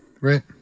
right